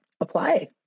apply